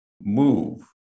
move